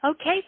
Okay